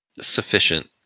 sufficient